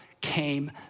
came